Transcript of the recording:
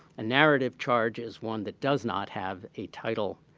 a narrative charge is one that does not have a title,